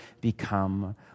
become